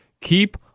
keep